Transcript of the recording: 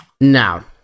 Now